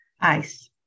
Ice